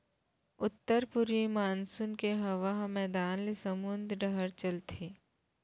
उत्तर पूरवी मानसून के हवा ह मैदान ले समुंद डहर चलथे